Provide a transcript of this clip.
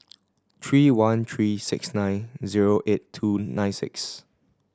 three one three six nine zero eight two nine six